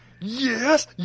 Yes